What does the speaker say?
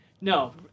No